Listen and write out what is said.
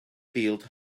field